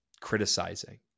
criticizing